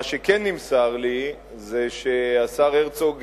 מה שכן נמסר לי זה שהשר הרצוג,